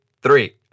three